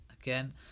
again